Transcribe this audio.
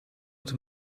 het